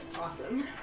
awesome